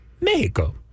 Mexico